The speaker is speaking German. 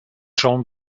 schon